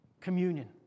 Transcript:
Communion